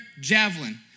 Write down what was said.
javelin